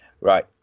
Right